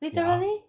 literally